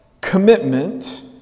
commitment